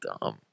dumb